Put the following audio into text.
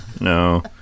No